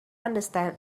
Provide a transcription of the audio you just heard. understand